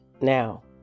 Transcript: now